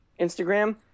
Instagram